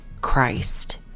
Christ